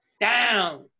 Down